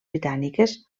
britàniques